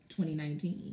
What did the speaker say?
2019